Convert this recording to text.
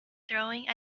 throwing